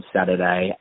Saturday